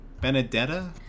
Benedetta